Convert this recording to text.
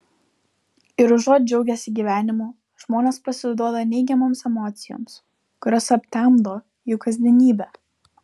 ir užuot džiaugęsi gyvenimu žmonės pasiduoda neigiamoms emocijoms kurios aptemdo jų kasdienybę